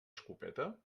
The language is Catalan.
escopeta